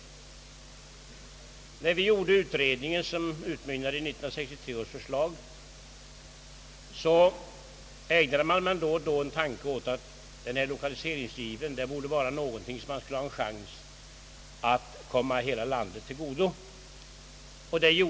När vi gjorde den utredning som utmynnade i 1963 års förslag, ägnade man väl då och då en tanke åt att lokaliseringsgiven borde kunna komma hela landet till godo.